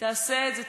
תעשה את זה,